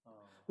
ah